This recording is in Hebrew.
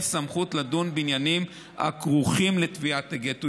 סמכות לדון בעניינים הכרוכים בתביעת הגט.